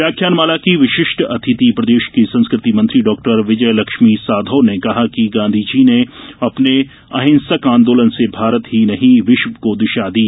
व्याख्यानमाला कीं विशिष्ट अतिथि प्रदेश की संस्कृति मंत्री डाक्टर विजयलक्ष्मी साधौ ने कहा कि गांधीजी ने अपने अहिंसक आंदोलन से भारत ही नहीं विश्व को दिशा दी